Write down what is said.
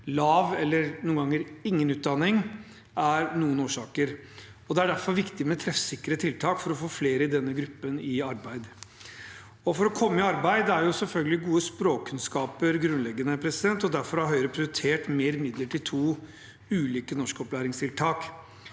lav eller noen ganger ingen utdanning er noen årsaker. Det er derfor viktig med treffsikre tiltak for å få flere i denne gruppen i arbeid. For å komme i arbeid er selvfølgelig gode språkkunnskaper grunnleggende, og derfor har Høyre prioritert mer midler til to ulike norskopplæringstiltak.